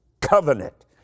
covenant